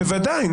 בוודאי.